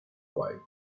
white